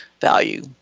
value